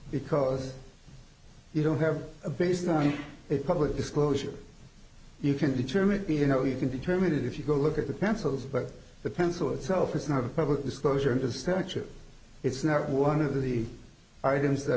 because you don't have a base going it's public disclosure you can determine you know you can determine it if you go look at the pencils but the pencil itself is not a public disclosure of a structure it's not one of the items that